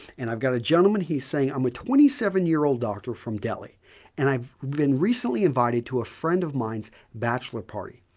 and i've got a gentleman and he's saying, i'm a twenty seven year old doctor from delhi and i've been recently invited to a friend of mine's bachelor party.